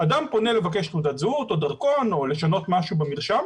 אדם פונה לבקש תעודת זהות או דרכון או לשנות משהו במרשם